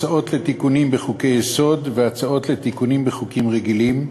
הצעות לתיקונים בחוקי-יסוד והצעות לתיקונים בחוקים רגילים,